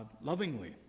lovingly